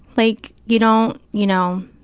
like, you know, you know